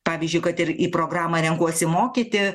pavyzdžiui kad ir į programą renkuosi mokyti